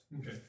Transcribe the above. Okay